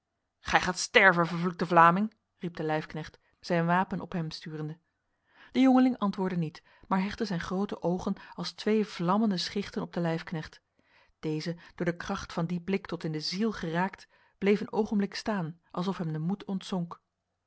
gij gaat sterven vervloekte vlaming riep de lijfknecht zijn wapen op hem sturende de jongeling antwoordde niet maar hechtte zijn grote ogen als twee vlammende schichten op de lijfknecht deze door de kracht van die blik tot in de ziel geraakt bleef een ogenblik staan alsof hem de moed ontzonk